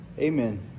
Amen